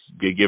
give